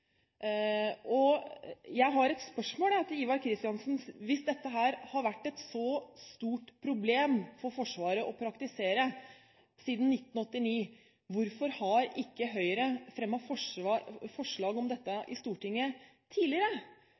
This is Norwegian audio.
Jeg har et spørsmål til Ivar Kristiansen: Hvis dette har vært et så stort problem for Forsvaret å praktisere siden 1989, hvorfor har ikke Høyre fremmet forslag om dette i Stortinget tidligere?